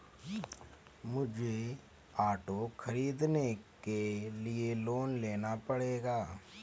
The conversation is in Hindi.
मुझे ऑटो खरीदने के लिए लोन लेना पड़ेगा